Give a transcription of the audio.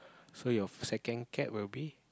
so your second cat will be